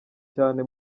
cyane